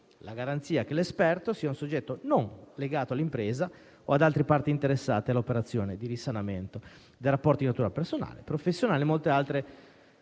la garanzia che l'esperto sia un soggetto non legato all'impresa o ad altre parti interessate all'operazione di risanamento dei rapporti di natura personale e professionale; e molte altre modifiche